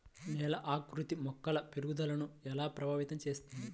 నేల ఆకృతి మొక్కల పెరుగుదలను ఎలా ప్రభావితం చేస్తుంది?